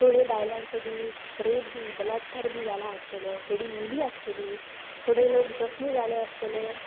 थोडे बायलांचो बी रेप बी बलात्कार बी जाला आसतलो थोडी मेली आसतली थोडे लोक जखमी जाले आसतले